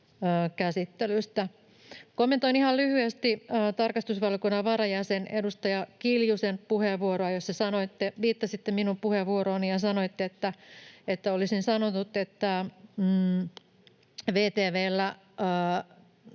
Kommentoin ihan lyhyesti tarkastusvaliokunnan varajäsenen, edustaja Kiljusen puheenvuoroa, jossa viittasitte minun puheenvuorooni ja sanoitte, että olisin sanonut, että VTV:llä